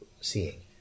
seeing